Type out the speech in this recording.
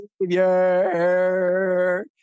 Savior